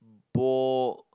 bowl